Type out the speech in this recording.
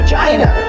China